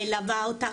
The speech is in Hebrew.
מלווה אותה,